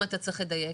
אם אתה צריך לדייק?